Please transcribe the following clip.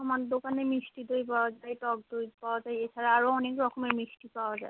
আমার দোকানে মিষ্টি দই পাওয়া যায় টক দই পাওয়া যায় এছাড়া আরও অনেক রকমের মিষ্টি পাওয়া যায়